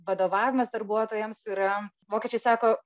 vadovavimas darbuotojams yra vokiečiai sako